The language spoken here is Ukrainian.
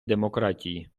демократії